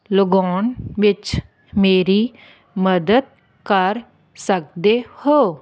ਲਗਾਉਣ ਵਿੱਚ ਮੇਰੀ ਮਦਦ ਕਰ ਸਕਦੇ ਹੋ